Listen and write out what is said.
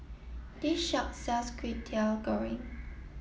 this shop sells Kway Teow Goreng